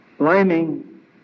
Blaming